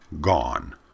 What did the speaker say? gone